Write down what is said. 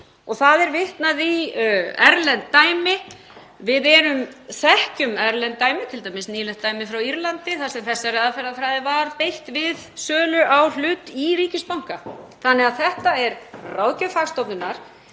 Það er vitnað í erlend dæmi. Við þekkjum erlend dæmi, t.d. nýlegt dæmi frá Írlandi þar sem þessari aðferðafræði var beitt við sölu á hlut í ríkisbanka. Þannig að þetta er ráðgjöf fagstofnunar,